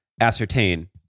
ascertain